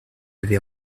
avez